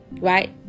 right